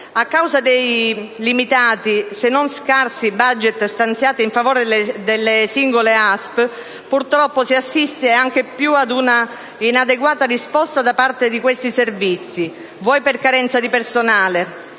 A causa dei limitati se non scarsi *budget* stanziati in favore delle singole ASP, purtroppo si assiste sempre più ad una inadeguata risposta da parte di questi servizi, vuoi per carenza di personale,